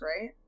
right